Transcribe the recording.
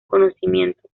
conocimiento